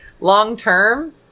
long-term